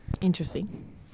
Interesting